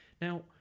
now